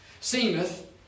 seemeth